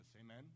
Amen